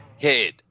head